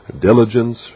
diligence